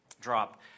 drop